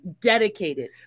Dedicated